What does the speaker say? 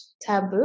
taboo